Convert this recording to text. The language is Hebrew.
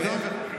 רגע.